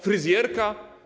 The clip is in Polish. Fryzjerka?